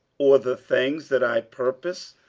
or the things that i purpose,